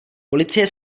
policie